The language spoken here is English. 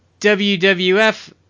WWF